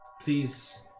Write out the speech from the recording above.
Please